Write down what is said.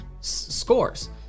scores